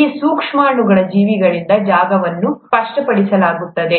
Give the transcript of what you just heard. ಈ ಸೂಕ್ಷ್ಮಾಣು ಜೀವಿಗಳಿಂದ ಜಾಗವನ್ನು ಸ್ಪಷ್ಟಪಡಿಸಲಾಗುತ್ತದೆ